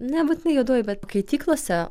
nebūtinai juodoj bet keityklose